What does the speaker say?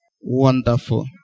Wonderful